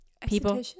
people